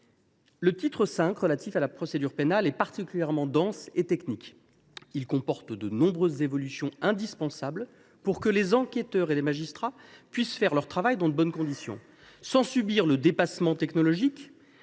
de loi, relatif à la procédure pénale, est particulièrement dense et technique. Il comporte de nombreuses évolutions indispensables pour que les enquêteurs et les magistrats puissent faire leur travail dans de bonnes conditions, sans subir le dépassement technologique